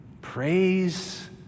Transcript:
praise